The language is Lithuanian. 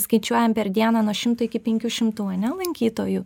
skaičiuojam per dieną nuo šimto iki penkių šimtų ane lankytojų